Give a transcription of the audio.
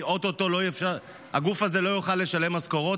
כי או-טו-טו הגוף הזה לא יוכל לשלם משכורות.